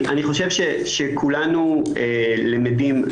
אני חושב שכולנו למדים,